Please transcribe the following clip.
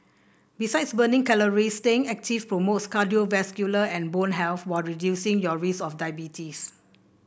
besides burning calories staying active promotes cardiovascular and bone health while reducing your risk of diabetes